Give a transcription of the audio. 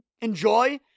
enjoy